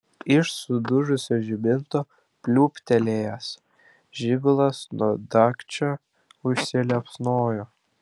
iš sudužusio žibinto pliūptelėjęs žibalas nuo dagčio užsiliepsnojo